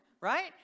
Right